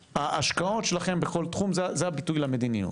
ההשקעות שלכם בכל תחום זה הביטוי למדיניות,